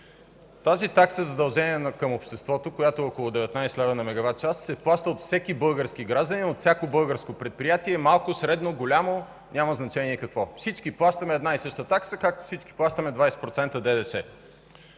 Тази такса „задължение към обществото”, която е около 19 лв. на мегават час, се плаща от всеки български гражданин и от всяко българско предприятие – малко, средно, голямо, няма значение какво, всички плащаме една и съща такса, както всички плащаме 20% ДДС.